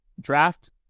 draft